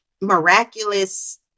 miraculous